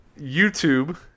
youtube